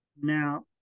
Now